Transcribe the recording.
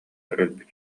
өлбүт